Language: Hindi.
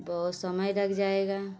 बहुत समय लग जाएगा